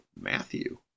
Matthew